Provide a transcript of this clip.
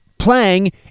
Playing